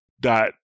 dot